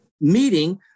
meeting